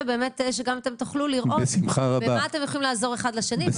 באמת שגם אתם תוכלו לראות במה אתם יכולים לעזור אחד לשני.